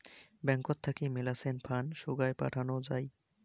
ব্যাঙ্কত থাকি মেলাছেন ফান্ড সোগায় পাঠানো যাই